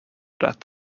that